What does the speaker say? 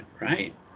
right